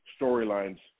storylines